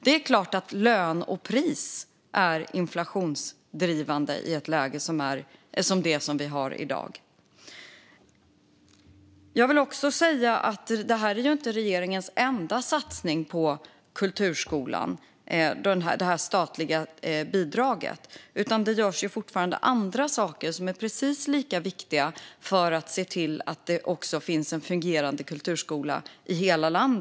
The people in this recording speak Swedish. Det är klart att löner och priser är inflationsdrivande i ett läge som det som vi har i dag. Jag vill också säga att detta statliga bidrag inte är regeringens enda satsning på kulturskolan, utan det görs fortfarande andra saker som är precis lika viktiga för att se till att det också finns en fungerande kulturskola i hela landet.